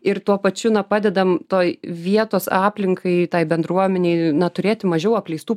ir tuo pačiu na padedam toje vietos aplinkai tai bendruomenei na turėti mažiau apleistų